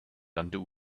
undo